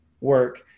work